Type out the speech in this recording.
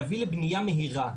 להביא לבנייה מהירה,